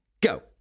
go